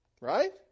Right